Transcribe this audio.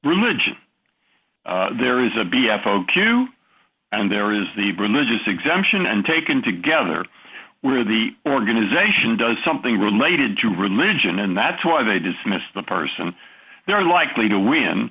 religion there is a b f o q and there is the bridges exemption and taken together where the organization does something related to religion and that's why they dismissed the person they're likely to win